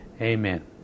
amen